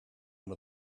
one